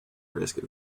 risk